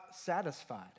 satisfied